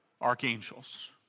archangels